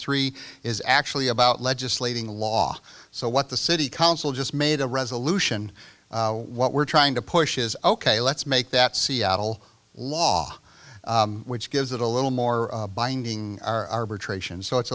three is actually about legislating law so what the city council just made a resolution what we're trying to push is ok let's make that seattle law which gives it a little more binding arbitration so it's